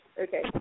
okay